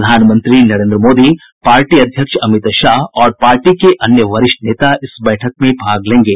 प्रधानमंत्री नरेन्द्र मोदी पार्टी अध्यक्ष अमित शाह और पार्टी के अन्य वरिष्ठ नेता इस बैठक में भाग लेंगे